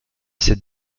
cette